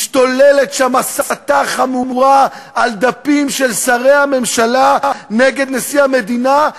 משתוללת שם הסתה חמורה על דפים של שרי הממשלה נגד נשיא המדינה,